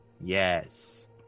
yes